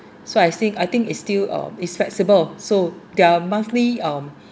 so I think I think is still uh is flexible so their monthly um